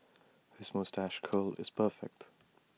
his moustache curl is perfect